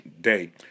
day